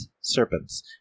serpents